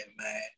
man